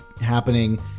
happening